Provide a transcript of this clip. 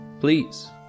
Please